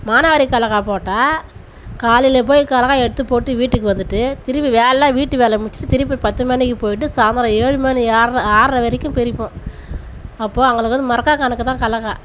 மானாவரிக் கடலக்கா போட்டால் காலையில போய் கடலக்காய் எடுத்துப்போட்டு வீட்டுக்கு வந்துட்டு திருப்பி வேலைலாம் வீட்டு வேலை முடிச்சிட்டு திரும்பிப் பத்து மணிக்குப் போய்ட்டு சாயந்தரம் ஏழு மணி ஏழர ஆறர வரைக்கும் பறிப்போம் அப்போது அவங்களுக்கு வந்து மரக்கா கணக்கு தான் கடலக்கா